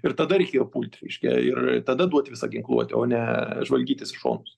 ir tada reikėjo pulti reiškia ir tada duot visą ginkluotę o ne žvalgytis į šonus